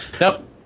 Nope